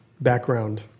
background